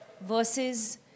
versus